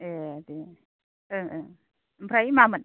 ए दे ओं ओं ओमफ्राय मामोन